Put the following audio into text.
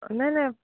নাই নাই